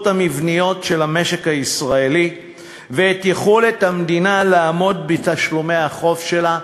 המבניות של המשק הישראלי ואת יכולת המדינה לעמוד בתשלומי החוב שלה.